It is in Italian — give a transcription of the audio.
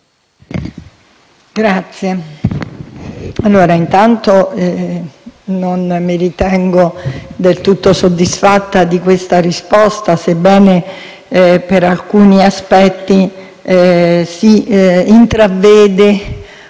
Presidente, intanto non mi ritengo del tutto soddisfatta di questa risposta, sebbene per alcuni aspetti si intravveda,